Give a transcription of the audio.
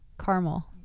caramel